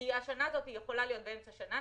כי השנה הזאת יכולה להיות באמצע שנה,